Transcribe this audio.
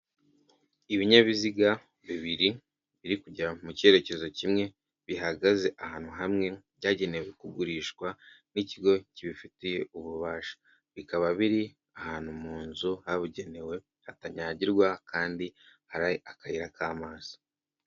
Ibinyabiziga bibiri biri kujya mu cyerekezo kimwe bihagaze ahantu hamwe byagenewe kugurishwa n'ikigo kibifitiye ububasha. Bikaba biri ahantu mu nzu habugenewe hatanyagirwa kandi hari akayira k'amazi.